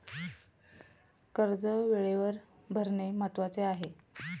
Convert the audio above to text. कर्ज वेळेवर भरणे महत्वाचे आहे